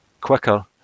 quicker